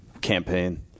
campaign